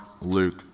Luke